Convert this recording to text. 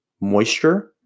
moisture